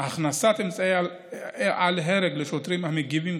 הכנסת אמצעי אל-הרג לשוטרים המגיבים,